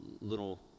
little